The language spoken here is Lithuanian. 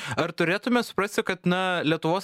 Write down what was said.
ar turėtume suprasti kad na lietuvos